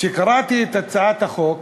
כשקראתי את הצעת החוק,